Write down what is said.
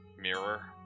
mirror